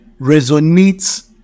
resonates